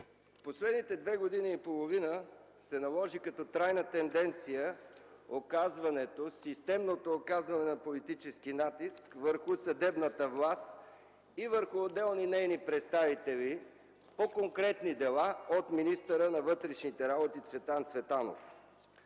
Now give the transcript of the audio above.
последните две години и половина се наложи като трайна тенденция системното оказване на политически натиск върху съдебната власт и върху отделни нейни представители по конкретни дела от министъра на вътрешните работи Цветан Цветанов.